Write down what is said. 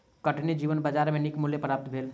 कठिनी जीवक बजार में नीक मूल्य प्राप्त भेल